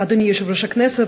אדוני יושב-ראש הכנסת,